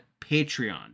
Patreon